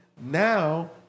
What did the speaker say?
now